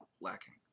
lacking